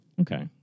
Okay